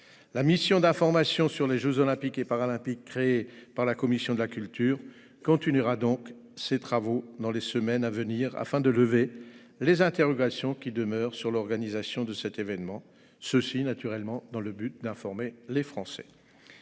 La mission d'information sur les jeux Olympiques et Paralympiques de la commission de la culture poursuivra donc ses travaux dans les semaines à venir, afin de lever les interrogations qui demeurent sur l'organisation de cet événement et d'informer les Français.